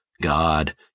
God